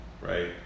right